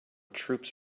troops